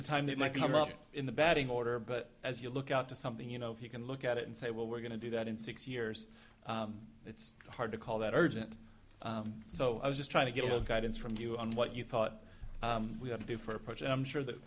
the time they might come up in the batting order but as you look out to something you know if you can look at it and say well we're going to do that in six years it's hard to call that urgent so i was just trying to give guidance from you on what you thought we had to do for approach i'm sure that